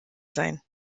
sein